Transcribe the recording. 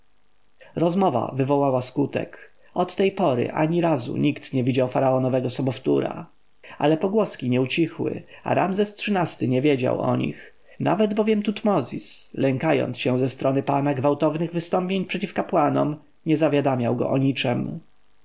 rozmowa wywołała skutek od tej pory ani razu nikt nie widział faraonowego sobowtóra ale pogłoski nie ucichły a ramzes xiii-ty nie wiedział o nich nawet bowiem tutmozis lękając się ze strony pana gwałtownych wystąpień przeciw kapłanom nie zawiadamiał go o niczem